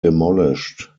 demolished